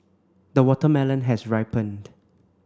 the watermelon has ripened